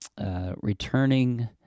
returning